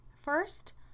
First